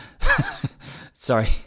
Sorry